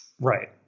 Right